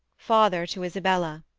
father to isabella.